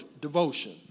devotion